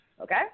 Okay